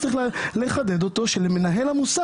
אי אפשר להתייחס ל"מגן אבות"